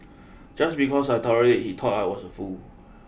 just because I tolerate he thought I was a fool